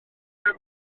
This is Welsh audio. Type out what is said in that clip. eich